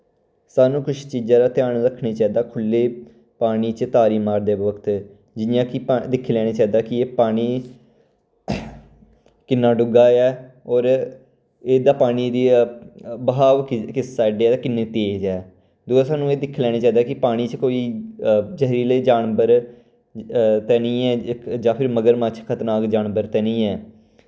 सानू कुछ चीजें दा ध्यान रक्खना चाहिदा खु'ल्ले पानी च तारी मारदे वक्त जि'यां कि दिक्खी लैना चाहिदा कि एह् पानी किन्ना डुग्गा ऐ और एह्दा पानी दा बहाव कुत्त साइड गी ऐ ते किन्ना तेज ऐ दूजा सानू एह् दिक्खी लैना चाहिदा कि पानी च कोई जैहरीले जानवर ते निं ऐ जां फिर मगरमच्छ खतरनाक जानवर ते निं है